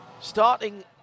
starting